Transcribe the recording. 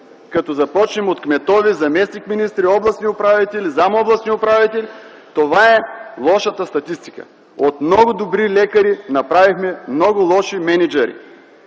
като започнем от кметове, заместник - министри, областни управители, заместник областни управители. Това е лошата статистика - от много добри лекари направихме много лоши мениджъри.